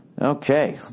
Okay